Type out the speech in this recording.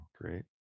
Great